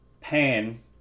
Pain